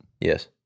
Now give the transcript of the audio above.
Yes